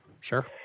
Sure